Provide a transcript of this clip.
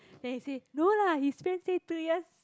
then he say no lah his friend say two years